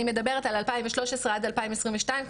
אני מדברת על 2013 עד 2022,